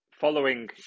Following